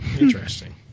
Interesting